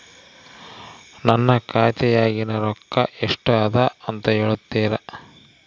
ನನ್ನ ಖಾತೆಯಾಗಿನ ರೊಕ್ಕ ಎಷ್ಟು ಅದಾ ಅಂತಾ ಹೇಳುತ್ತೇರಾ?